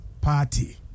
party